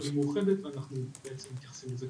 חולים מאוחדת ואנחנו בעצם מתייחסים לזה